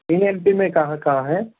इन M P में कहाँ कहाँ है